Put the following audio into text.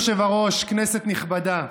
אדוני היושב-ראש, כנסת נכבדה,